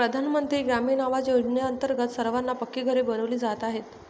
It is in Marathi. प्रधानमंत्री ग्रामीण आवास योजनेअंतर्गत सर्वांना पक्की घरे बनविली जात आहेत